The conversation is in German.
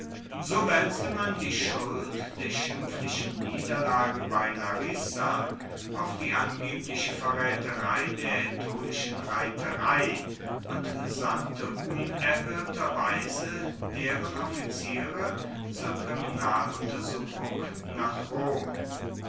so waelzte man die schuld der schimpflichen niederlage bei larisa auf die angebliche verraeterei der aetolischen reiterei und sandte unerhoerterweise deren offiziere zur kriminaluntersuchung nach rom